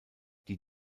die